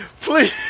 please